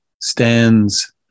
stands